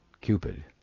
Cupid